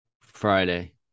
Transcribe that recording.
Friday